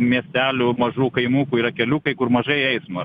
miestelių mažų kaimukų yra keliukai kur mažai eismo